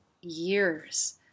years